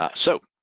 ah so,